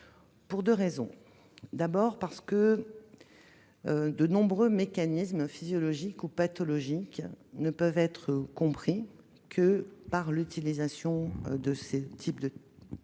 pour deux raisons. Premièrement, de nombreux mécanismes physiologiques ou pathologiques ne peuvent être compris que par l'utilisation de ce type de techniques,